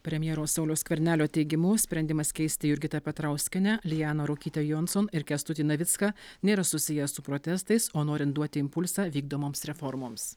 premjero sauliaus skvernelio teigimu sprendimas keisti jurgita petrauskienė lianą ruokytę jonson ir kęstutį navicką nėra susiję su protestais o norint duoti impulsą vykdomoms reformoms